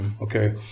Okay